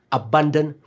abundant